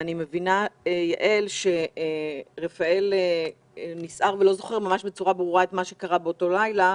אני מבינה שרפאל נסער ולא זוכר ממש בצורה ברורה את מה שקרה באותו לילה.